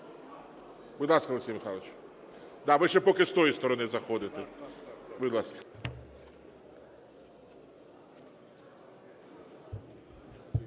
Будь ласка, Олексій Михайлович. Да, ви ще поки з тої сторони заходите. Будь ласка.